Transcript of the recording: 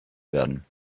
werden